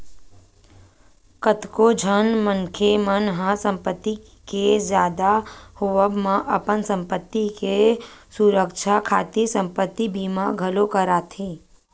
कतको झन मनखे मन ह संपत्ति के जादा होवब म अपन संपत्ति के सुरक्छा खातिर संपत्ति बीमा घलोक कराथे